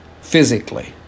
physically